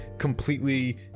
completely